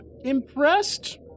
impressed